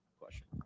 question